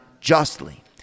Justly